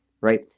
right